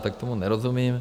Tak tomu nerozumím.